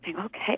Okay